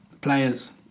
Players